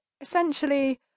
essentially